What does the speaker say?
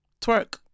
twerk